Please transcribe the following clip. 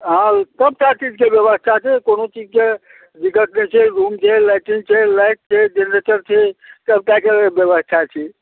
हँ सबटा चीजके व्यवस्था छै कोनो चीजके दिक्कत नहि छै रूम छै लाइटिंग छै लाइट छै जेनरेटर छै सभटाके व्यवस्था छै